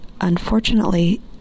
Unfortunately